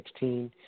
20-16